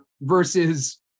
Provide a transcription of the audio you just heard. versus